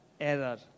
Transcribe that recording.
error